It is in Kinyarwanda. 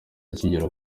akigera